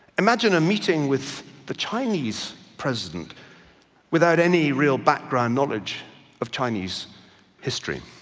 imagine a meeting with the chinese president without any real background knowledge of chinese history.